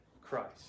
Christ